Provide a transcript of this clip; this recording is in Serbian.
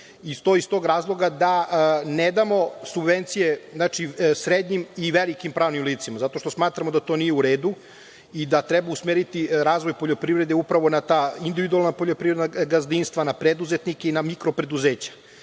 zastupate, iz tog razloga da ne damo subvencije srednjim i velikim pranim licima. Zato što smatramo da to nije u redu i da treba usmeriti razvoj poljoprivrede upravo na ta individualna poljoprivredna gazdinstva, na preduzetnike i na mikro preduzeća,